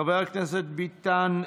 חבר הכנסת ביטן,